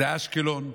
זה אשקלון,